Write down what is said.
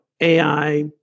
AI